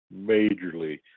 majorly